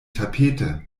tapete